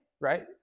right